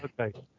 Okay